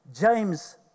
James